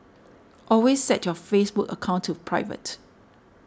always set your Facebook account to private